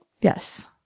Yes